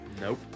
Nope